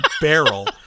barrel